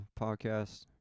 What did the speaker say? podcast